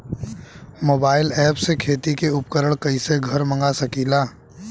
Mobile ऐपसे खेती के उपकरण कइसे घर मगा सकीला?